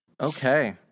Okay